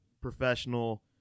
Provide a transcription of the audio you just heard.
professional